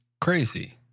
crazy